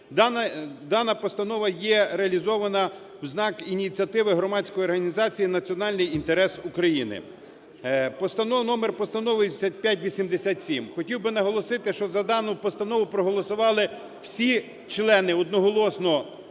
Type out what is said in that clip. Дана постанова є реалізована в знак ініціативи громадської організації "Національний інтерес України". Номер Постанови 8587. Хотів би наголосити, що за дану постанову проголосували всі члени одноголосно